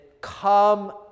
come